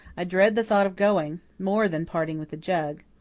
i dread the thought of going, more than parting with the jug.